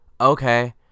okay